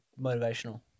motivational